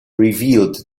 revealed